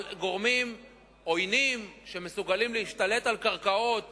על גורמים עוינים שמסוגלים להשתלט על קרקעות